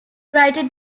writer